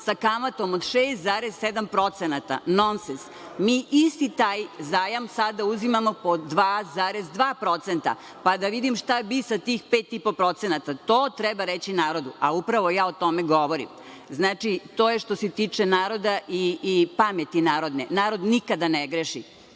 sa kamatom od 6,7%, nonsens. Mi isti taj zajam sada uzimamo po 2,2%. Pa, da vidim šta bi sa tih 5,5%. To treba reći narodu, a upravo ja o tome govorim. Znači, to što je što se tiče naroda i pameti narodne. Narod nikada ne greši.